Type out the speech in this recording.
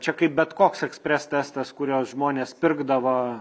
čia kaip bet koks ekspres testas kuriuos žmonės pirkdavo